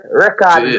record